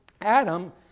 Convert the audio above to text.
Adam